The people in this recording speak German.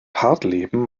hartleben